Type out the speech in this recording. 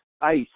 ice